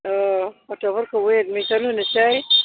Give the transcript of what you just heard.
औ गथ'फोरखौबो एडमिसन होनोसै